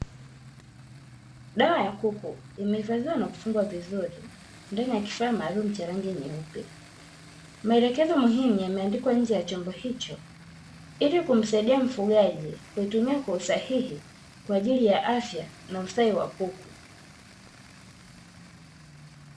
Dawa ya kuku imehifadhiwa na kufungwa vizuri, ndani ya kifaa maalumu cha rangi nyeupe. Maelekezo muhimu yameandikwa nje ya chombo hicho, ili kumsaidia mfugaji kuitumia kwa usahihi, kwa ajili ya afya na ustawi wa kuku.